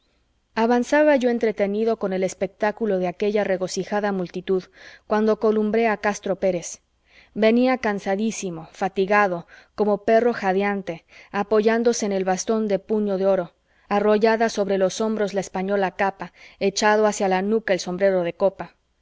avanzaba yo entretenido con el espectáculo de aquella regocijada multitud cuando columbré a castro pérez venía cansadísimo fatigado como perro jadeante apoyándose en el bastón de puño de oro arrollada sobre los hombros la española capa echado hacia la nuca el sombrero de copa